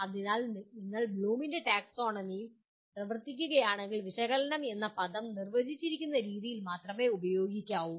അതിനാൽ നിങ്ങൾ ബ്ലൂമിന്റെ ടാക്സോണമിയിൽ പ്രവർത്തിക്കുകയാണെങ്കിൽ വിശകലനം എന്ന പദം നിർവചിച്ചിരിക്കുന്ന രീതിയിൽ മാത്രമേ ഉപയോഗിക്കാവൂ